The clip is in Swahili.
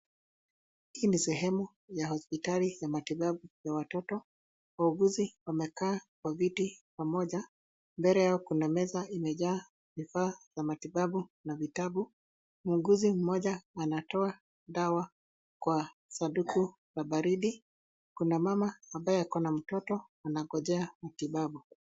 Hii ni sehemu ya hospitali ya matibabu ya watoto. Wauguzi wamekaa kwa viti pamoja. Mbele yao kuna meza imejaa vifaa vya matibabu na vitabu. Muuguzi mmoja anatoa dawa kwa sanduku la baridi. Kuna mama ambaye ako na mtoto anangojea matibabu.